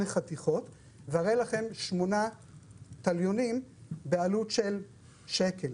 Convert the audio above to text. חתיכות והרי לכם שמונה תליונים בעלות של שקל,